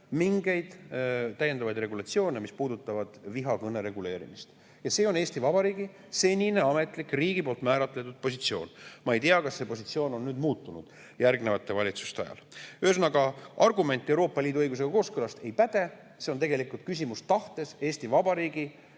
mingeid täiendavaid regulatsioone, mis puudutavad vihakõne reguleerimist. See on Eesti Vabariigi senine ametlik riigi määratletud positsioon. Ma ei tea, kas see positsioon on nüüd järgnevate valitsuste ajal muutunud. Ühesõnaga, argument Euroopa Liidu õigusega kooskõlast ei päde, siin on tegelikult küsimus Eesti Vabariigi